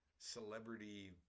Celebrity